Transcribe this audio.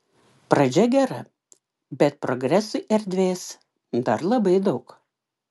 pradžia gera bet progresui erdvės dar labai daug